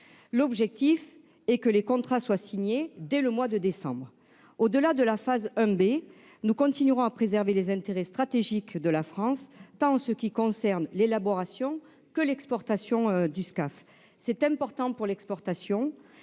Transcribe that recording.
L'objectif est que les contrats soient signés dès le mois de décembre prochain. Au-delà de la phase 1B, nous continuerons à préserver les intérêts stratégiques de la France, en ce qui concerne tant l'élaboration que l'exportation du Scaf. C'est important pour l'exportation,